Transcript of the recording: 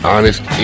Honest